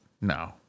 no